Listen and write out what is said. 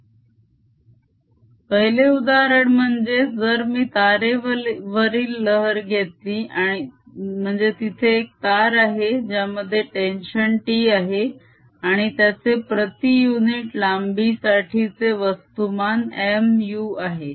∂x±1v∂t 2x21v22t2 2fx21v22ft2 पहिले उदाहरण म्हणजे जर मी तारेवरील लहर घेतली म्हणजे तिथे एक तार आहे ज्यामध्ये टेन्शन T आहे आणि त्याचे प्रती युनिट लांबी साठीचे वस्तुमान m u आहे